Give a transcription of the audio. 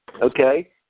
okay